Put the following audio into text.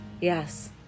Yes